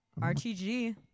RTG